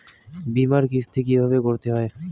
বিমার কিস্তি কিভাবে করতে হয়?